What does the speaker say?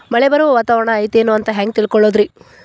ಮಳೆ ಬರುವ ವಾತಾವರಣ ಐತೇನು ಅಂತ ಹೆಂಗ್ ತಿಳುಕೊಳ್ಳೋದು ರಿ?